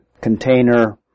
container